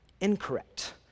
incorrect